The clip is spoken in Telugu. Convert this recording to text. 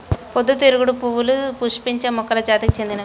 పొద్దుతిరుగుడు పువ్వులు పుష్పించే మొక్కల జాతికి చెందినవి